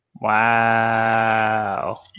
Wow